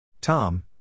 Tom